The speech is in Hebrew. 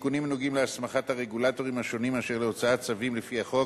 התיקונים נוגעים להסכמת הרגולטורים השונים באשר להוצאת צווים לפי החוק,